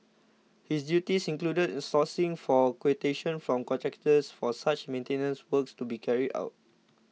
his duties included sourcing for quotations from contractors for such maintenance works to be carried out